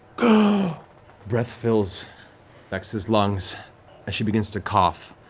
ah breath fills vex's lungs as she begins to cough,